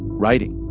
writing.